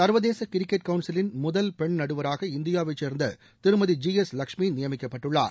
சர்வதேச கிரிக்கெட் கவுன்சிலின் முதல் பெண் நடுவராக இந்தியாவை சேர்ந்த திருமதி ஜி எஸ் லட்சுமி நியமிக்கப்பட்டுள்ளார்